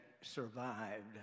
survived